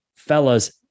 Fellas